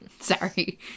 Sorry